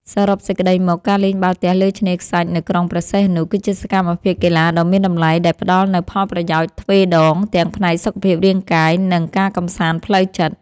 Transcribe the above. សរុបសេចក្ដីមក ការលេងបាល់ទះលើឆ្នេរខ្សាច់នៅក្រុងព្រះសីហនុ គឺជាសកម្មភាពកីឡាដ៏មានតម្លៃដែលផ្ដល់នូវផលប្រយោជន៍ទ្វេដង ទាំងផ្នែក សុខភាពរាងកាយ និង ការកម្សាន្តផ្លូវចិត្ត។